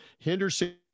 Henderson